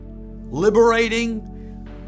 liberating